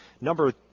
Number